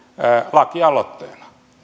lakialoitteena